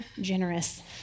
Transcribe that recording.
generous